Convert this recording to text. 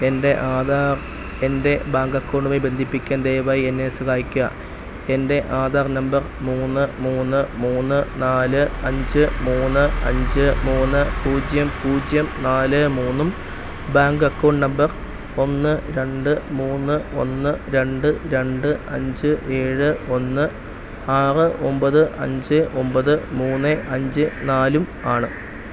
എൻ്റെ ആധാർ എൻ്റെ ബാങ്കക്കൗണ്ടുമായി ബന്ധിപ്പിക്കാൻ ദയവായി എന്നെ സഹായിക്കുക എൻ്റെ ആധാർ നമ്പർ മൂന്ന് മൂന്ന് മൂന്ന് നാല് അഞ്ച് മൂന്ന് അഞ്ച് മൂന്ന് പൂജ്യം പൂജ്യം നാല് മൂന്നും ബാങ്കക്കൗണ്ട് നമ്പർ ഒന്ന് രണ്ട് മൂന്ന് ഒന്ന് രണ്ട് രണ്ട് അഞ്ച് ഏഴ് ഒന്ന് ആറ് ഒമ്പത് അഞ്ച് ഒമ്പത് മൂന്ന് അഞ്ച് നാലും ആണ്